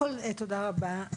תודה רבה,